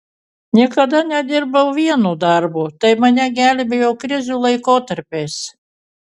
niekada nedirbau vieno darbo tai mane gelbėjo krizių laikotarpiais